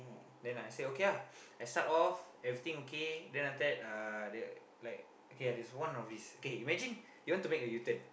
then I say okay lah I start off everything okay then after that uh like okay ah there's one of this okay imagine you want to make a U-turn